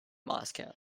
moscow